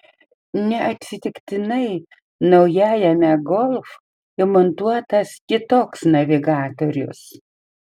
neatsitiktinai naujajame golf įmontuotas kitoks navigatorius